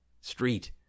street